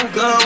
go